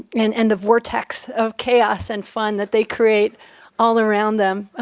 and and the vortex of chaos and fun that they create all around them,